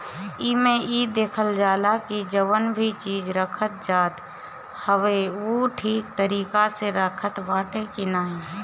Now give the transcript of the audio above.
एमे इ देखल जाला की जवन भी चीज रखल जात हवे उ ठीक तरीका से रखात बाटे की नाही